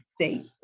say